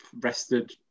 Rested